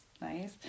nice